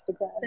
Instagram